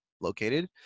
located